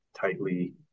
tightly